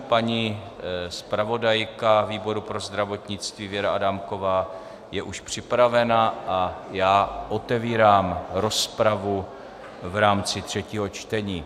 Paní zpravodajka výboru pro zdravotnictví Věra Adámková je už připravena a já otevírám rozpravu v rámci třetího čtení.